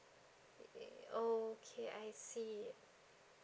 oh okay I see